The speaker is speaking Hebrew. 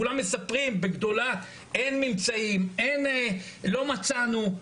כולם מספרים בגדולה - אין ממצאים, לא מצאנו.